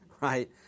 right